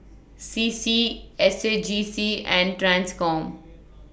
C C S A J C and TRANSCOM